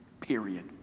period